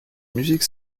musique